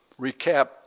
recap